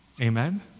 Amen